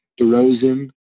DeRozan